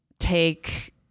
take